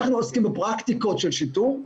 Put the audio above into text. אנחנו עוסקים בפרקטיקות של שיטור,